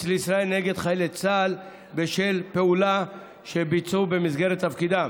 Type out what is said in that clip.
לישראל נגד חיילי צה"ל בשל פעולה שביצעו במסגרת תפקידם.